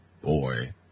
boy